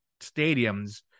stadiums